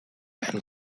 and